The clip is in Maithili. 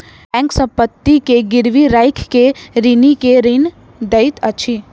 बैंक संपत्ति के गिरवी राइख के ऋणी के ऋण दैत अछि